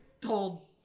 told